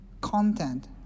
content